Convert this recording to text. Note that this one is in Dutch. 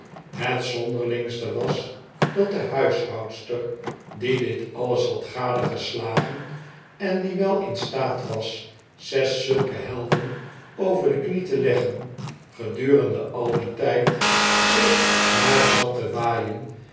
het zonderlingste was dat de huishoudster die dit alles had gadegeslagen en die wel in staat was zes zulke helden over de knie te leggen gedurende al dien tijd zich maar zat te waaien